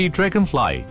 Dragonfly